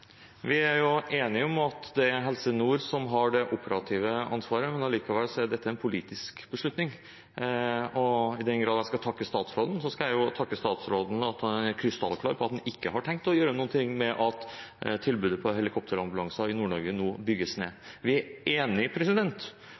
Vi er enige om at det er Helse Nord som har det operative ansvaret, men allikevel er dette en politisk beslutning. I den grad jeg skal takke statsråden, skal jeg takke ham for at han er krystallklar på at han ikke har tenkt å gjøre noe med at tilbudet på helikopterambulanse i Nord-Norge nå bygges ned. Vi er enig